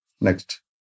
next